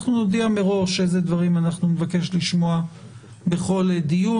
אנחנו נודיע מראש איזה דברים נבקש לשמוע בכל דיון.